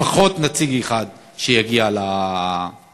לפחות נציג אחד שיגיע לשדולה.